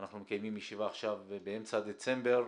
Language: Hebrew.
אנחנו מקיימים ישיבה עכשיו באמצע דצמבר.